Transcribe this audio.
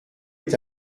est